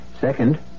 Second